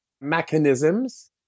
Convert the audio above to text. mechanisms